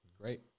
great